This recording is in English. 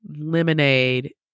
Lemonade